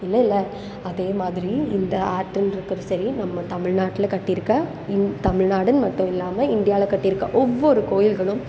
இல்லைல்ல அதே மாதிரி இந்த ஆர்ட்டுன்னு இருக்கிற சரி நம்ம தமிழ்நாட்டில் கட்டி இருக்க இந்த தமிழ்நாடுன்னு மட்டும் இல்லாமல் இண்டியாவில் கட்டி இருக்க ஒவ்வொரு கோவில்களும்